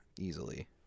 Easily